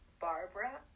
Barbara